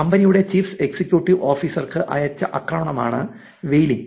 കമ്പനിയുടെ chief executive ഓഫീസർമാർക്ക് അയച്ച ആക്രമണമാണ് വൈയലിംഗ്